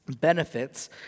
benefits